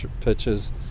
pitches